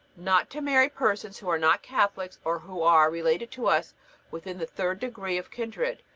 not to marry persons who are not catholics, or who are related to us within the third degree of kindred,